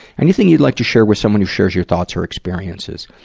anything you'd like to share with someone who shares your thoughts or experiences?